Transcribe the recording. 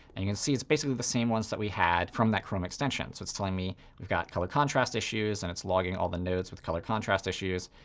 and you can see it's basically the same ones that we had from that chrome extension. so it's telling me we've got color contrast issues, and it's logging all the nodes with color contrast issues.